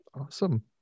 Awesome